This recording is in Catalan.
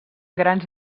grans